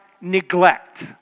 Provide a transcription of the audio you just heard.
neglect